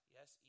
Yes